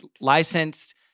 licensed